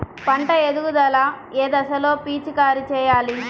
పంట ఎదుగుదల ఏ దశలో పిచికారీ చేయాలి?